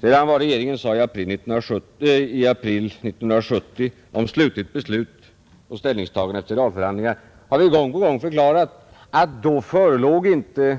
När det gäller vad regeringen sade i april 1970 om slutligt beslut och ställningstagande till realförhandlingar har vi gång på gång förklarat, att då förelåg inte